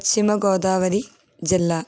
పశ్చిమ గోదావరి జిల్లా